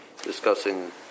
discussing